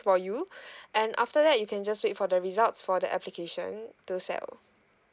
for you and after that you can just wait for the results for the application to sell